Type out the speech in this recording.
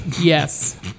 yes